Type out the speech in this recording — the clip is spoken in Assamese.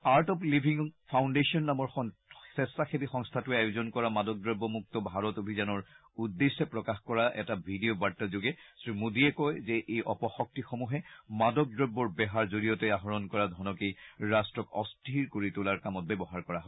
আৰ্ট অব লিভিং ফাউণ্ডেচন নামৰ স্থেচ্চাসেৱী সংস্থাটোৱে আয়োজন কৰা মাদকদ্ৰব্য মুক্ত ভাৰত অভিযানৰ উদ্দেশ্যে প্ৰকাশ কৰা এটা ভিডিঅ' বাৰ্তা যোগে শ্ৰীমোদীয়ে কয় যে এই অপশক্তিসমূহে মাদকদ্ৰব্যৰ বেহাৰ জৰিয়তে আহৰণ কৰা ধনকেই ৰাট্টক অস্থিৰ কৰি তোলাৰ কামত ব্যৱহাৰ কৰা হয়